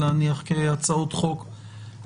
מיטלטלין שמותר לגבות אותם יהיה כזה שהוא עובר רק סכום